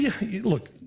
Look